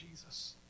Jesus